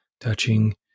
touching